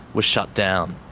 were shut down.